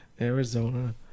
Arizona